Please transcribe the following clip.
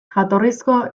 jatorrizko